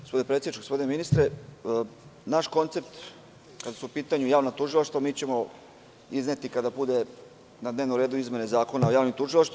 Gospodine predsedniče, gospodine ministre, naš koncept kad su u pitanju javna tužilaštva mi ćemo izneti kada budu na dnevnom redu izmene Zakona o javnim tužilaštvima.